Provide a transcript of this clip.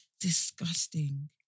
Disgusting